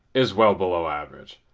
is well below average.